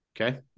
Okay